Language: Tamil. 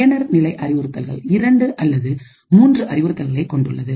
பயனர் நிலை அறிவுறுத்தல்கள் இரண்டு அல்லது மூன்று அறிவுறுத்தல்களை கொண்டுள்ளது